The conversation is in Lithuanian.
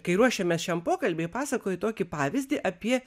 kai ruošiamės šiam pokalbiui pasakojai tokį pavyzdį apie